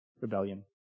rebellion